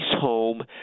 home